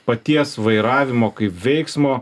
paties vairavimo kaip veiksmo